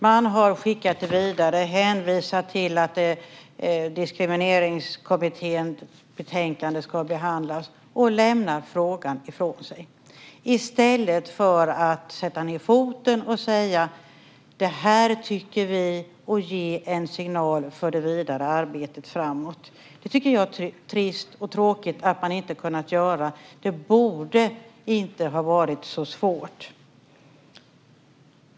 Man har skickat vidare, hänvisat till att Diskrimineringskommitténs betänkande ska behandlas och lämnat frågan ifrån sig, i stället för att sätta ned foten, säga vad man tycker och ge en signal för det vidare arbetet framåt. Det tycker jag är trist och tråkigt att man inte har kunnat göra. Det borde inte ha varit så svårt.